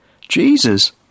Jesus